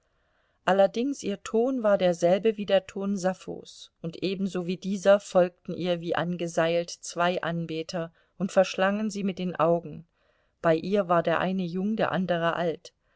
allerdings ihr ton war derselbe wie der ton sapphos und ebenso wie dieser folgten ihr wie angeseilt zwei anbeter und verschlangen sie mit den augen bei ihr war der eine jung der andere alt